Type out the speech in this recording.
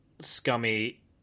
scummy